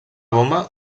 bomba